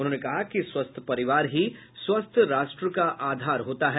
उन्होंने कहा कि स्वस्थ परिवार ही स्वस्थ राष्ट्र का आधार होता है